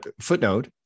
footnote